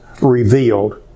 revealed